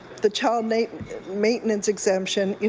the child maintenance maintenance exemption.